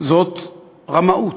זו רמאות,